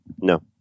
No